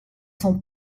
son